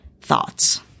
thoughts